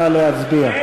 נא להצביע.